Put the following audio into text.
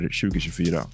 2024